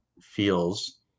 feels